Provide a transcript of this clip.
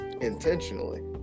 Intentionally